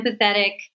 empathetic